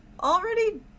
already